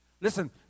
listen